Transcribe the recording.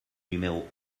numéro